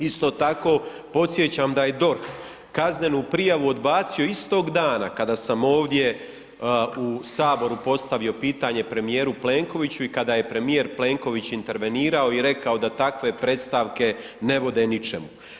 Isto tako podsjećam da je DORH kaznenu prijavu odbacio istoga dana kada sam ovdje u Saboru postavio pitanje premijeru Plenkoviću i kada je premijer Plenković intervenirao i rekao da takve predstavke ne vode ničemu.